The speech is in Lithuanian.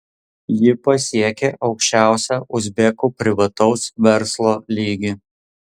ji pasiekė aukščiausią uzbekų privataus verslo lygį